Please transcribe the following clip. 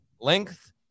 length